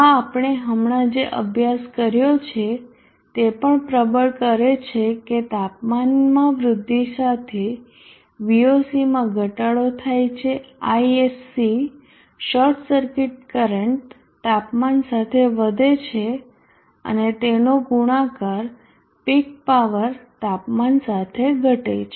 આ આપણે હમણા જે અભ્યાસ કર્યો છે તે પણ પ્રબળ કરે છે કે તાપમાનમાં વૃદ્ધિ સાથે Voc માં ઘટાડો થાય છે Isc શોર્ટ સર્કિટ કરંટ તાપમાન સાથે વધે છે અને તેનો ગુણાકાર પીક પાવર તાપમાન સાથે ઘટે છે